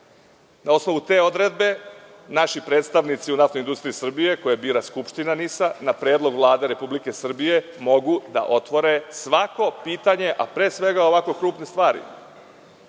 Na osnovu te odredbe naši predstavnici u NIS-u, koje bira Skupština NIS-a, na predlog Vlade Republike Srbije mogu da otvore svako pitanje, a pre svega ovako krupne stvari.